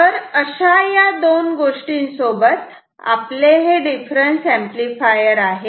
तर अशा या दोन गोष्टीं सोबत आपले हे डिफरन्स एम्पलीफायर आहे